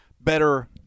Better